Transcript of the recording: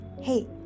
Hey